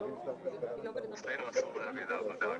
ובמחשבות של הרפואה והמדע.